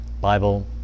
Bible